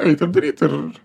eit ir daryt ir